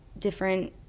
different